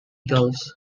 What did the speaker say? gulls